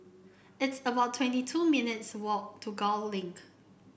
it's about twenty two minutes' walk to Gul Link